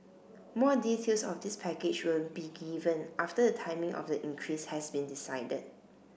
more details of this package will be given after the timing of the increase has been decided